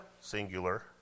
singular